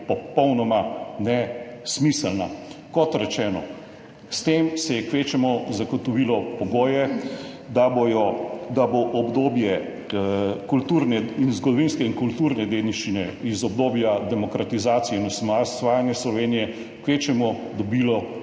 popolnoma nesmiselna, kot rečeno, s tem se je kvečjemu zagotovilo pogoje, da bo obdobje zgodovinske in kulturne dediščine iz obdobja demokratizacije in osvajanja Slovenije kvečjemu dobilo